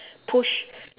push